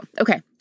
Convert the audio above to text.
okay